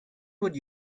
would